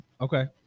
okay